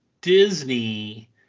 Disney